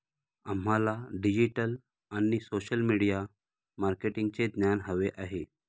आम्हाला डिजिटल आणि social media मार्केटिंगचे ज्ञान हवे आहे